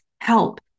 help